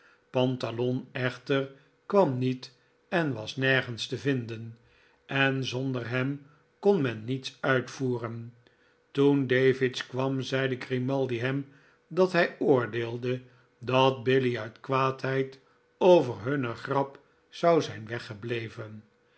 pantalon echter kwam niet en was nergens te vinden en zonder hem kon men niets uitvoeren toen davidge kwam zeide grimaldi hem dat hij oordeelde dat billy uit kwaadheid over liunne grap zou zijn weggebleven